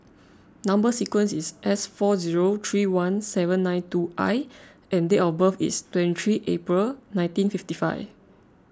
Number Sequence is S four zero three one seven nine two I and date of birth is twenty three April nineteen fifty five